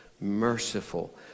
merciful